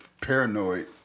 paranoid